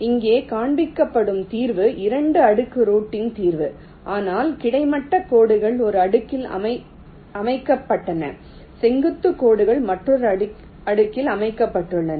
இங்கே காண்பிக்கப்படும் தீர்வு 2 அடுக்கு ரூட்டிங் தீர்வு ஆனால் கிடைமட்ட கோடுகள் ஒரு அடுக்கில் அமைக்கப்பட்டன செங்குத்து கோடுகள் மற்றொரு அடுக்கில் அமைக்கப்பட்டுள்ளன